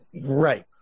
Right